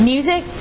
Music